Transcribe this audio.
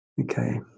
Okay